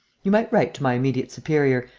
you might write to my immediate superior,